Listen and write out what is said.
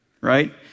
Right